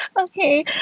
Okay